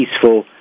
peaceful